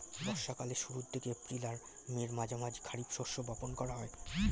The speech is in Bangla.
বর্ষা কালের শুরুর দিকে, এপ্রিল আর মের মাঝামাঝি খারিফ শস্য বপন করা হয়